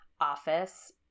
office